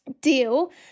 deal